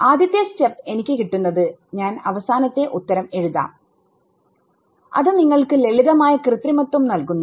ആദ്യത്തെ സ്റ്റെപ് എനിക്ക് കിട്ടുന്നത്ഞാൻ അവസാനത്തെ ഉത്തരം എഴുതാം അത് നിങ്ങൾക്ക് ലളിതമായ കൃത്രിമത്വം നൽകുന്നു